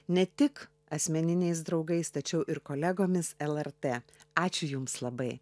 ne tik asmeniniais draugais tačiau ir kolegomis lrt ačiū jums labai